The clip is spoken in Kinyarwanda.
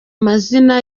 mazina